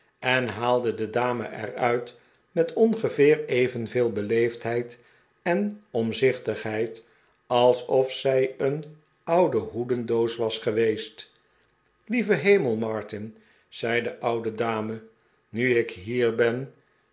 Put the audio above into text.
en haalde de dame er uit met ongeveer evenveel beleefdheid en omzichtigheidj alsof zij een oude hoedendoos was geweest l ieve hemel martin zei de oude dame nu ik hier ben